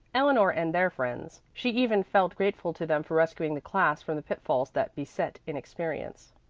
eleanor and their friends, she even felt grateful to them for rescuing the class from the pitfalls that beset inexperience.